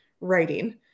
writing